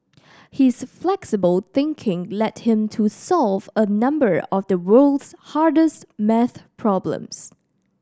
his flexible thinking led him to solve a number of the world's hardest math problems